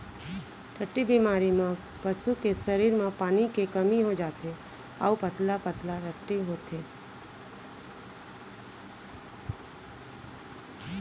टट्टी बेमारी म पसू के सरीर म पानी के कमी हो जाथे अउ पतला पतला टट्टी होथे